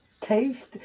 Taste